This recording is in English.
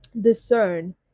discern